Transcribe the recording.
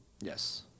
Yes